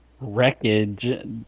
wreckage